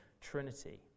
Trinity